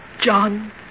John